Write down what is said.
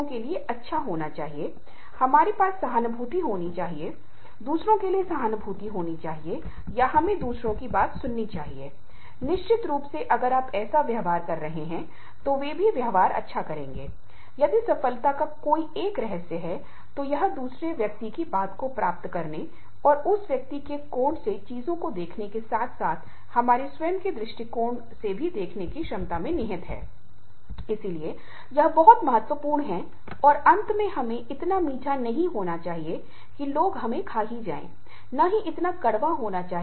और इसलिए अतिभारित ना होने का कोशिश करे और यदि आप ऐसा करने में सक्षम नहीं हैं तो आपको सीखना चाहिए कि कैसे " नहीं " कहना चाहिए